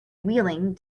wheeling